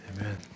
Amen